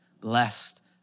blessed